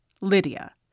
Lydia